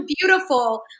beautiful